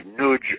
nudge